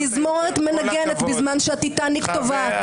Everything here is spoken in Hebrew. התזמורת מנגנת בזמן שהטיטניק טובעת.